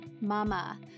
Mama